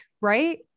right